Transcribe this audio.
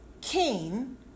Cain